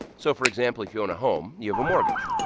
so for example, if you own a home, you have a mortgage.